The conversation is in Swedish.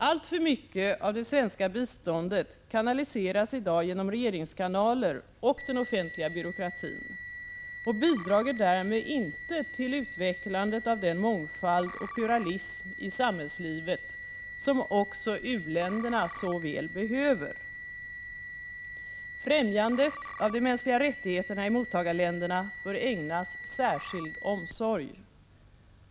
Alltför mycket av det svenska biståndet kanaliseras i dag genom regeringskanaler och den offentliga byråkratin och bidrar därmed inte till utvecklandet av den mångfald och pluralism i samhällslivet som också u-länderna så väl behöver. Främjandet av de mänskliga rättigheterna i mottagarländerna bör ägnas särskild omsorg.